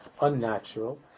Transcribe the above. unnatural